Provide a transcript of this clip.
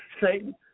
Satan